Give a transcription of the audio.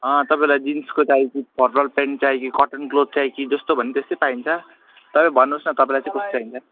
तपाईँलाई जिन्सको चाहियो कि पजल प्यान्ट चाहियो कि कटन क्लोथ चाहियो कि जस्तो भन्यो त्यस्तै पाइन्छ तर भन्नुहोस् न तपाईँलाई चाहिँ कस्तो चाहिन्छ